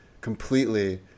completely